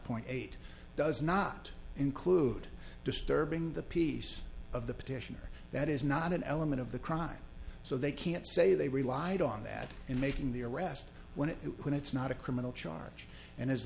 point eight does not include disturbing the peace of the petitioner that is not an element of the crime so they can't say they relied on that in making the arrest when it when it's not a criminal charge and